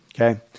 okay